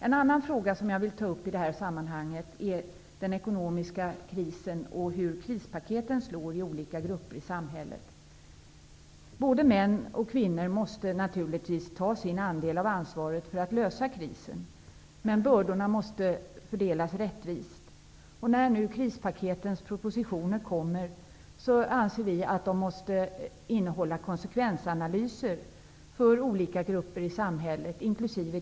En annan fråga som jag vill ta upp i det här sammanhanget är den ekonomiska krisen och hur krispaketen slår i olika grupper i samhället. Både kvinnor och män måste naturligtvis ta sin andel av ansvaret för att lösa krisen, men bördorna måste fördelas rättvist. När nu krispaketens propositioner kommer anser vi att de måste innehålla konsekvensanalyser för olika grupper i samhället, inkl.